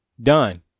done